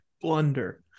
Blunder